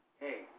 hey